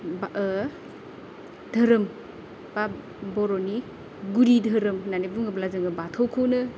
धोरोम बा बर'नि गुदि धोरोम होननानै बुङोब्ला जोङो बाथौखौनो